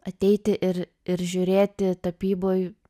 ateiti ir ir žiūrėti tapyboj